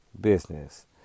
business